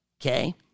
Okay